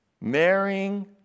marrying